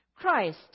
Christ